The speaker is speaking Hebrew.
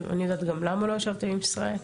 אני יודעת גם למה לא ישבתם עם ישראל.